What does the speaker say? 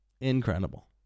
Incredible